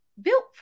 built